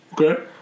Okay